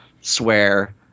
swear